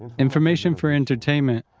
information for entertainment.